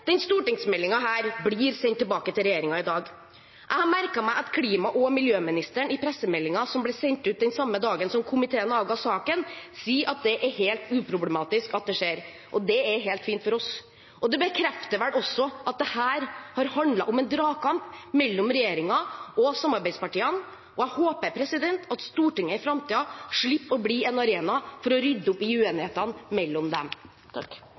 den samme dagen som komiteen avga saken, sier at det er helt «uproblematisk» at det skjer. Det er helt fint for oss, og det bekrefter vel også at dette har handlet om en dragkamp mellom regjeringen og samarbeidspartiene. Jeg håper at Stortinget i framtiden slipper å bli en arena for å rydde opp i uenighetene mellom dem.